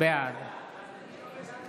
בעד